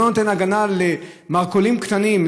לא נותן הגנה למרכולים קטנים,